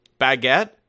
Baguette